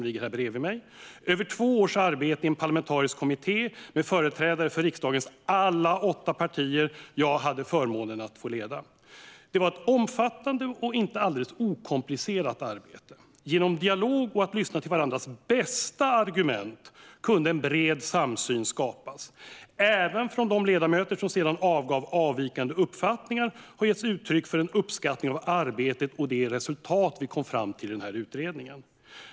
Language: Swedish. Det var över två års arbete i en parlamentarisk kommitté med företrädare för riksdagens alla åtta partier, som jag hade förmånen att leda. Det var ett omfattande och inte alldeles okomplicerat arbete. Genom dialog och genom att lyssna till varandras bästa argument kunde en bred samsyn skapas. Även de ledamöter som sedan avgav avvikande uppfattningar har gett uttryck för en uppskattning av arbetet och det resultat vi kom fram till i denna utredning.